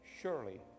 surely